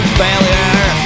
failure